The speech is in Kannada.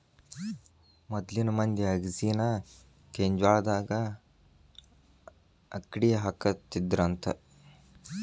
ಮೊದ್ಲಿನ ಮಂದಿ ಅಗಸಿನಾ ಕೆಂಜ್ವಾಳದಾಗ ಅಕ್ಡಿಹಾಕತ್ತಿದ್ರಂತ